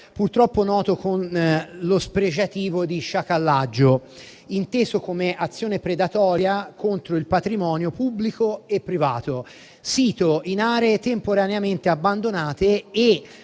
purtroppo noto con lo spregiativo di sciacallaggio, inteso come azione predatoria contro il patrimonio pubblico e privato sito in aree temporaneamente abbandonate o